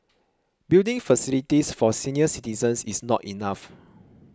building facilities for senior citizens is not enough